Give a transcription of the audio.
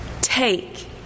Take